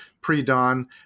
pre-dawn